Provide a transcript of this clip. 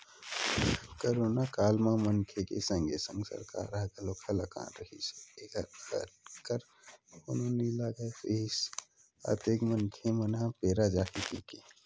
करोनो काल म मनखे के संगे संग सरकार ह घलोक हलाकान रिहिस हे ऐखर अटकर कोनो नइ लगाय रिहिस अतेक मनखे मन ह पेरा जाही कहिके